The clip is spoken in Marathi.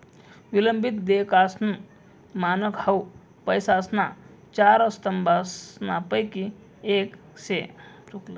विलंबित देयकासनं मानक हाउ पैसासना चार स्तंभसनापैकी येक शे